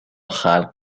خلق